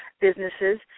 businesses